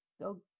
go